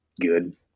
good